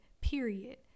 period